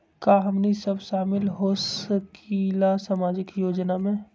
का हमनी साब शामिल होसकीला सामाजिक योजना मे?